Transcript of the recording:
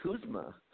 Kuzma